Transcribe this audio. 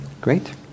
Great